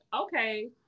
okay